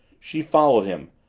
she followed him,